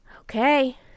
Okay